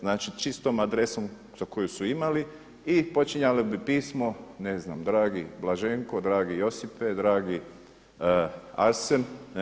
Znači čistom adresom koju su imali i počinjali bi pismo ne znam dragi Blaženko, dragi Josipe, dragi Arsen.